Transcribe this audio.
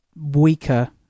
weaker